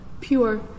Pure